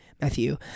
Matthew